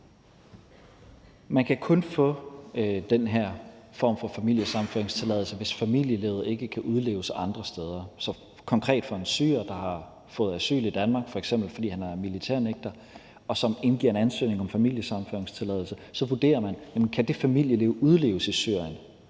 Man kan kun få den her form for familiesammenføringstilladelse, hvis familielivet ikke kan udleves andre steder. Så konkret betyder det for en syrer, der har fået asyl i Danmark, f.eks. fordi han er militærnægter, og som indgiver en ansøgning om familiesammenføringstilladelse, at man så vurderer, om det familieliv kan udleves i Syrien.